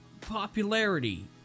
popularity